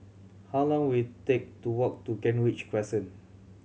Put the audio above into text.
how long will it take to walk to Kent Ridge Crescent